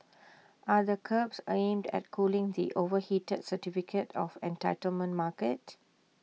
are the curbs aimed at cooling the overheated certificate of entitlement market